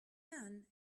man